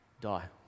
die